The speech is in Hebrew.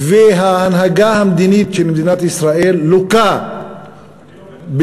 שההנהגה המדינית של מדינת ישראל לוקה במה